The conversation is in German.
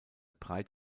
breit